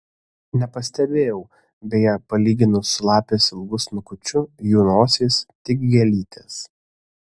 nepastebėjau beje palyginus su lapės ilgu snukučiu jų nosys tik gėlytės